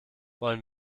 wollen